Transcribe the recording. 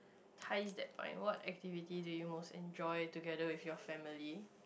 ties that bind what activity do you most enjoy together with your family